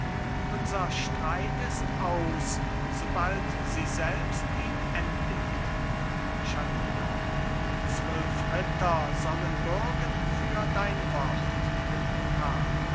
unser streit ist aus sobald sie selbst ihn endigt chatillon zwölf ritter sollen bürgen für dein wort